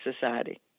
Society